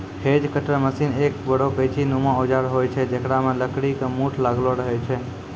hedge cutter machine एक बड़ो कैंची नुमा औजार होय छै जेकरा मॅ लकड़ी के मूठ लागलो रहै छै